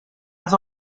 فضا